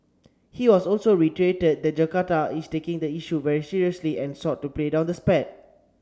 he also also reiterated that Jakarta is taking the issue very seriously and sought to play down the spat